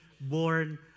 born